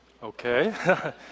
Okay